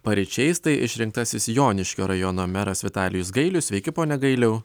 paryčiais tai išrinktasis joniškio rajono meras vitalijus gailius sveiki pone gailiau